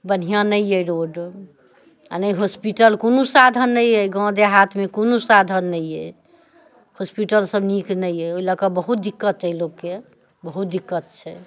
बढ़ियाँ नै अइह रोड आओर ने हॉस्पिटल कोनो साधन नहि अहि गाँव देहातमे कोनो साधन नहि अहि हॉस्पिटल सभ नीक नहि अहि ओहि लऽ कऽ बहुत दिक्कत अहि लोकके बहुत दिक्कत छै